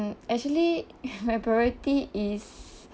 actually my priority is